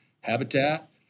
habitat